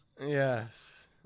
Yes